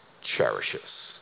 cherishes